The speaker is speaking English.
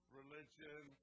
religion